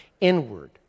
inward